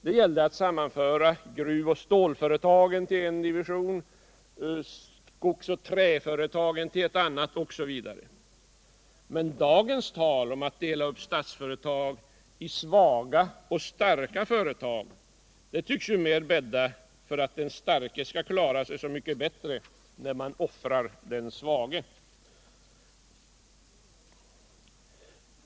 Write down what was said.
Det gällde att sammanföra gruv och stålföretagen till en division, skogs och träföretagen till en annan, osv. Men dagens tal om att dela upp Statsföretag i svaga och starka företag tycks ju mer bädda för att den starke skall klara sig så mycket bättre när man offrar den svage.